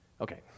Okay